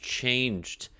changed